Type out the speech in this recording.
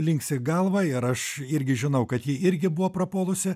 linksi galvą ir aš irgi žinau kad ji irgi buvo prapuolusi